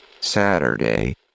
Saturday